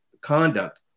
conduct